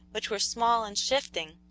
which were small and shifting,